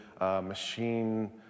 machine